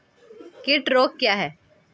कीट रोग क्या है?